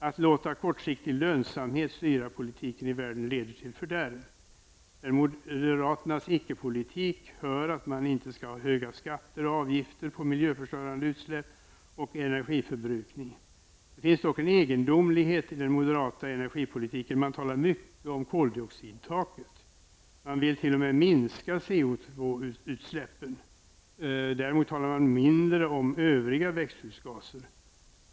Att låta kortsiktig lönsamhet styra politiken i världen leder till fördärv. Till moderaternas icke-politik hör att man inte skall ha höga skatter och avgifter på miljöförstörande utsläpp och energiförbrukning. Det finns dock en egendomlighet i den moderata energipolitiken. Man talar mycket om koldioxidtaket. Man vill t.o.m. minska CO2 utsläppen. Däremot talar man mindre om övriga växthusgaser.